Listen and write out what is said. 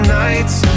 nights